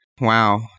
Wow